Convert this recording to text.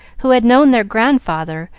who had known their grandfather,